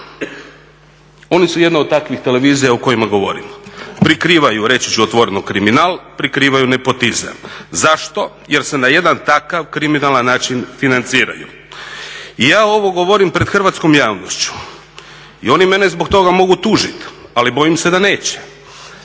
Oni su jedna od takvih televizija o kojima govorim, prikrivaju reći ću otvoreno kriminal, prikrivaju nepotizam. Zašto? Jer se na jedan takav kriminalan način financiraju. Ja ovo govorim pred hrvatskom javnošću i oni mene zbog toga mogu tužiti ali bojim se da neće.